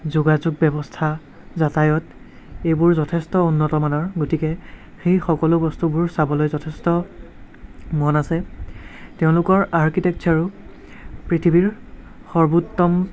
যোগাযোগ ব্য়ৱস্থা যাতায়ত এইবোৰ যথেষ্ট উন্নত মানৰ গতিকে সেই সকলো বস্তুবোৰ চাবলৈ যথেষ্ট মন আছে তেওঁলোকৰ আৰ্কিটেক্সাৰো পৃথিৱীৰ সৰ্বোত্তম